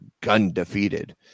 gun-defeated